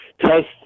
test